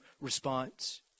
response